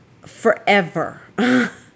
forever